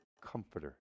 comforter